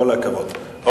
כל הכבוד.